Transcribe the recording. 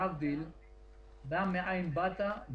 אני לא רוצה להאמין שזה המצב.